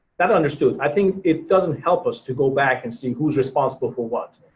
that understood, i think it doesn't help us to go back and see who's responsible for what.